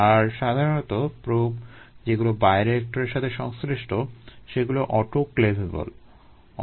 আর সাধারণত প্রোব যেগুলো বায়োরিয়েক্টরের সাথে সংশ্লিষ্ট সেগুলো অটোক্ল্যাভেবল হয়